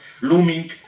looming